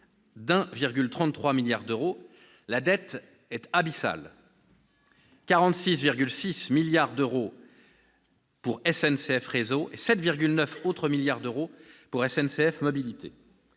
1,33 milliard d'euros, la dette est abyssale : 46,6 milliards d'euros pour SNCF Réseau et 7,9 milliards d'euros pour SNCF Mobilités.